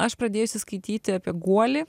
aš pradėjusi skaityti apie guolį